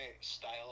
style